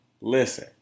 Listen